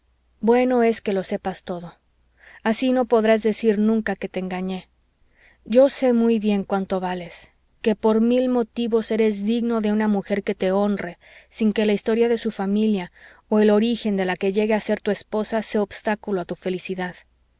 bueno es que lo sepas todo así no podrás decir nunca que te engañé yo sé muy bien cuánto vales que por mil motivos eres digno de una mujer que te honre sin que la historia de su familia o el origen de la que llegue a ser tu esposa sea obstáculo a tu felicidad